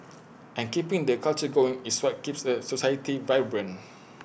and keeping that culture going is what keeps A society vibrant